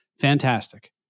Fantastic